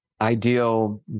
ideal